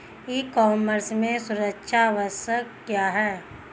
ई commerce में सुरक्षा आवश्यक क्यों है?